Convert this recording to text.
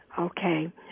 Okay